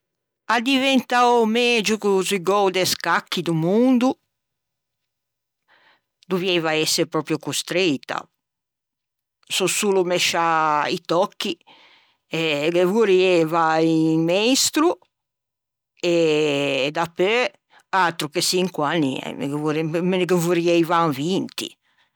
A diventâ o megio zeugou de scacchi do mondo dovieiva ëse pròpio costreita. Sò solo mesciâ i tòcchi e ghe vorrieiva un meistro e dapeu atro che çinque anni, me ghe ne vorrieivan vinti.